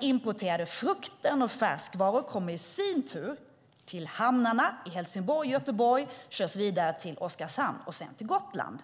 Importerad frukt och färskvaror kommer i sin tur till hamnarna i Helsingborg och Göteborg för att köras vidare till Oskarshamn och Gotland.